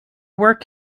work